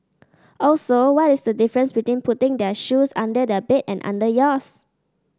also what is the difference between putting their shoes under their bed and under yours